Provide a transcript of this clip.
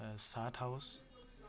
ছাট house